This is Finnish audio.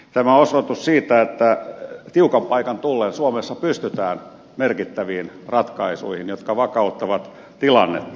tämä on osoitus siitä että tiukan paikan tullen suomessa pystytään merkittäviin ratkaisuihin jotka vakauttavat tilannetta